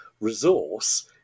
resource